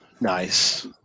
nice